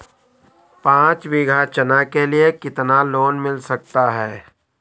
पाँच बीघा चना के लिए कितना लोन मिल सकता है?